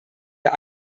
der